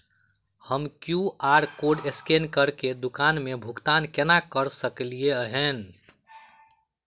हम Q R code scan करके दुकान मे भुगतान केना करऽ सकलिये एहन?